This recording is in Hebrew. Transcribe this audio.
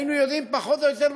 היינו יודעים פחות או יותר,